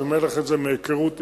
אני אומר לך את זה מהיכרות אישית,